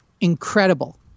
incredible